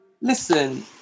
listen